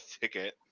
ticket